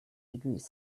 degrees